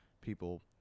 people